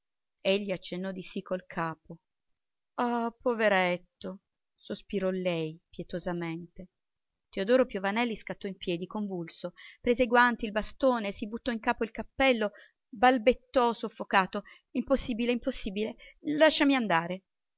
egli accennò di sì col capo ah poveretto sospirò lei pietosamente teodoro piovanelli scattò in piedi convulso prese i guanti il bastone si buttò in capo il cappello balbettò soffocato impossibile impossibile lasciami andare